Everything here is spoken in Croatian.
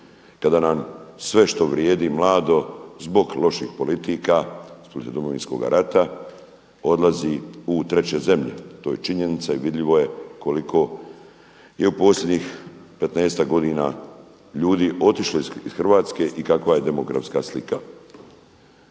kada nam sve što vrijedi mlado zbog loših politika, zbog Domovinskoga rata odlazi u treće zemlje. To je činjenica i vidljivo je koliko je u posljednjih petnaestak godina ljudi otišlo iz Hrvatske i kakva je demografska slika.